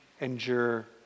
endure